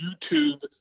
YouTube